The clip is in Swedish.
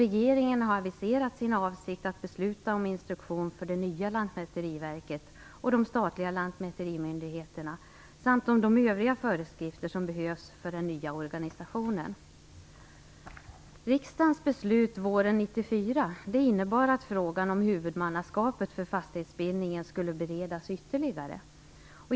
Regeringen har aviserat sin avsikt att besluta om instruktion för det nya Lantmäteriverket och de statliga lantmäterimyndigheterna samt om de övriga föreskrifter som behövs för den nya organisationen. Riksdagens beslut våren 1994 innebar att frågan om huvudmannaskapet för fastighetsbildningen skulle beredas ytterligare.